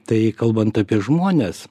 tai kalbant apie žmones